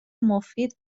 مفید